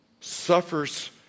suffers